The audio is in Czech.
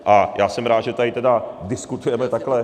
A já jsem rád, že tady tedy diskutujeme takhle.